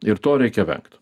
ir to reikia vengt